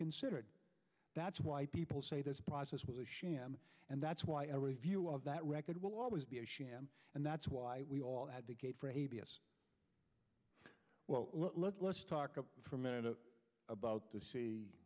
considered that's why people say this process was a sham and that's why a review of that record will always be a sham and that's why we all had to get for a b s well let's let's talk up for a minute about the c